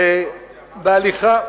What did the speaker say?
בהליכה,